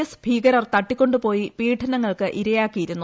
S ഭീകരർ തട്ടിക്കൊണ്ട് പോയി പീഡനങ്ങൾക്ക് ഇരയാക്കിയിരുന്നു